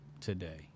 today